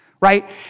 right